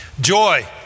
Joy